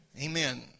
Amen